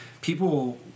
people